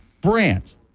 brands